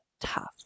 tough